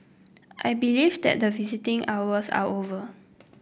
I believe that the visitation hours are over